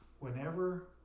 whenever